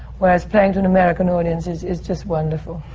whereas playing to and american audiences is just wonderful,